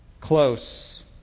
close